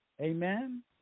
Amen